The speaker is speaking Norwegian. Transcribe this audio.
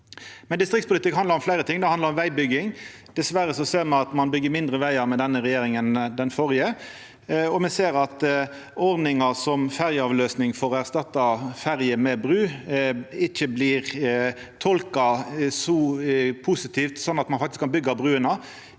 Distriktspolitikk handlar om fleire ting. Det handlar m.a. om vegbygging. Dessverre ser me at ein byggjer mindre vegar med denne regjeringa enn med den førre, og me ser at ordninga med ferjeavløysing for å erstatta ferje med bru ikkje blir tolka så positivt, sånn at ein faktisk kan byggja bruene.